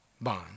bond